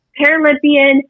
Paralympian